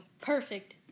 perfect